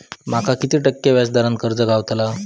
माका किती टक्के व्याज दरान कर्ज गावतला?